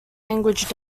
language